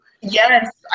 yes